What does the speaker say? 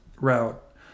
route